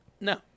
no